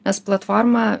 nes platforma